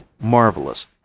marvelous